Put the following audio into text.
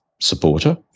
supporter